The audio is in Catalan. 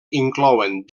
inclouen